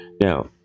Now